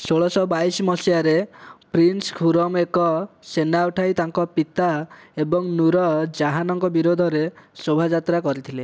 ଷୋହଳଶହ ବାଇଶି ମସିହାରେ ପ୍ରିନ୍ସ ଖୁରମ ଏକ ସେନା ଉଠାଇ ତାଙ୍କ ପିତା ଏବଂ ନୁର ଜାହାନଙ୍କ ବିରୋଧରେ ଶୋଭାଯାତ୍ରା କରିଥିଲେ